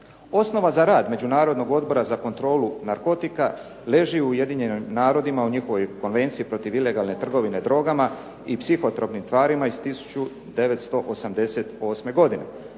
Osnova za rad Međunarodnog odbora za kontrolu narkotika leži u Ujedinjenim narodima, u njihovoj Konvenciji protiv ilegalne trgovine drogama i psihotropnim tvarima iz 1988. godine.